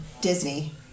Disney